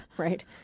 Right